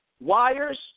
wires